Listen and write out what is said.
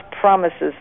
promises